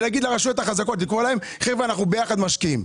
לקרוא לרשויות החזקות ולומר להן שאנחנו ביחד משקיעים.